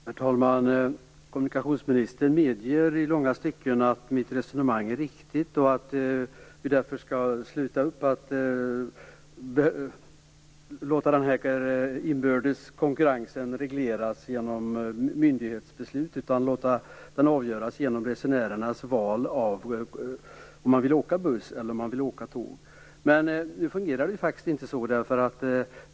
Herr talman! Kommunikationsministern medger i långa stycken att mitt resonemang är riktigt, och att vi därför skall sluta låta den här inbördes konkurrensen regleras genom myndighetsbeslut. I stället skall vi låta den avgöras genom att resenärerna väljer om de vill åka buss eller tåg. Nu fungerar det faktiskt inte så.